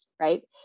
right